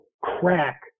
crack